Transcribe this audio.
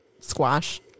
squash